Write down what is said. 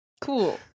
cool